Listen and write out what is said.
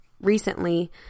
recently